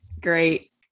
great